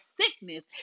sickness